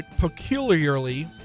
peculiarly